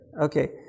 Okay